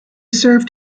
served